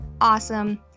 awesome